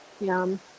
yum